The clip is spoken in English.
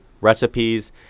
recipes